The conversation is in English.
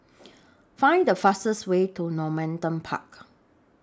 Find The fastest Way to Normanton Park